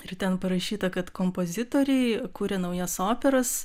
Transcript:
ir ten parašyta kad kompozitoriai kuria naujas operas